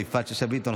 יפעת שאשא ביטון,